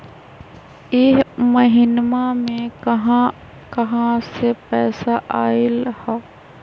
इह महिनमा मे कहा कहा से पैसा आईल ह?